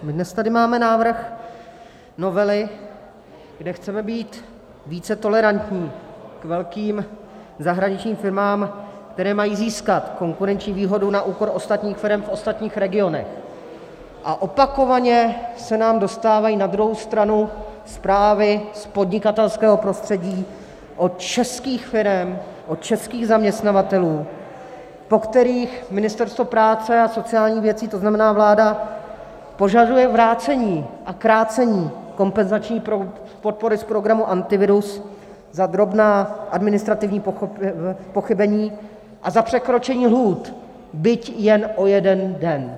Dnes tady máme návrh novely, kde chceme být více tolerantní k velkým zahraničním firmám, které mají získat konkurenční výhodu na úkor ostatních firem v ostatních regionech, a opakovaně se nám dostávají na druhou stranu zprávy z podnikatelského prostředí od českých firem, od českých zaměstnavatelů, po kterých Ministerstvo práce a sociálních věcí, to znamená vláda, požaduje vrácení a krácení kompenzační podpory z programu Antivirus za drobná administrativní pochybení a za překročení lhůt, byť jen o jeden den.